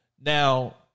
now